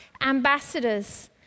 ambassadors